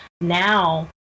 now